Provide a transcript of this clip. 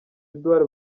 edouard